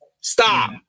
stop